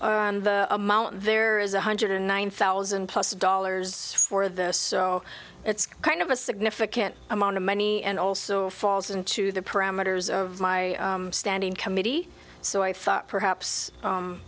works the amount there is a hundred and one thousand plus dollars for this so it's kind of a significant amount of money and also falls into the parameters of my standing committee so i thought perhaps